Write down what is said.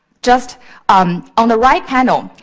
just on on the right panel,